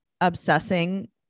obsessing